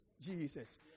Jesus